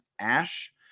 Ash